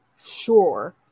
sure